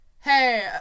hey